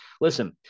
Listen